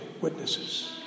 witnesses